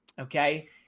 okay